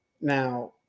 Now